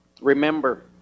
Remember